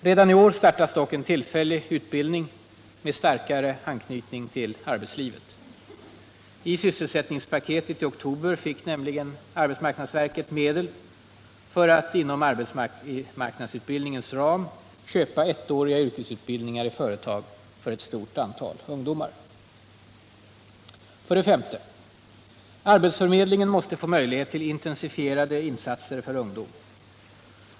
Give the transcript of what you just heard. Redan i år startas dock en tillfällig utbildning med starkare anknytning till arbetslivet. I sysselsättningspaketet i oktober fick nämligen AMS medel för att inom arbetsmarknadsutbildningens ram köpa ettåriga yrkesutbildningar i företag för ett stort antal ungdomar. 5. Arbetsförmedlingen måste få möjlighet till intensifierade insatser för ungdom.